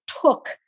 took